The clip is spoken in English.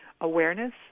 awareness